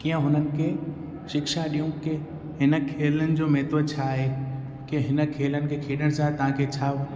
कीअं उन्हनि खे शिक्षा ॾियऊं की हिन खेलनि जो महत्व छा आहे की हिन खेल खे खेॾण सां तव्हांखे छा